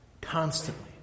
constantly